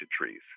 Trees